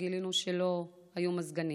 כשגילינו שלא היו מזגנים.